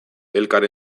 elkar